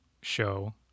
show